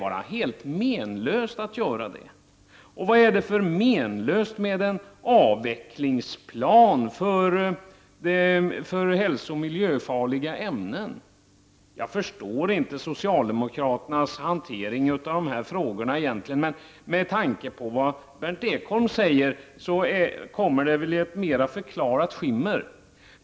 Vad är det för menlöst med en avvecklingsplan för hälsooch miljöfarliga ämnen? Jag förstår egentligen inte socialdemokraternas hantering av de här frågorna, men med tanke på vad Berndt Ekholm sagt får väl det hela ett förklarat skimmer över sig.